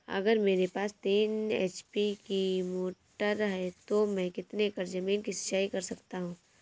अगर मेरे पास तीन एच.पी की मोटर है तो मैं कितने एकड़ ज़मीन की सिंचाई कर सकता हूँ?